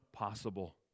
possible